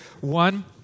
one